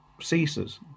ceases